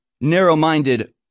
narrow-minded